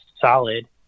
solid